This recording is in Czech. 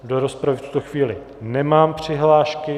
Do rozpravy v tuto chvíli nemám přihlášky.